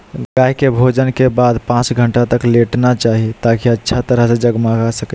गाय के भोजन के बाद पांच घंटा तक लेटना चाहि, ताकि अच्छा तरह से जगमगा सकै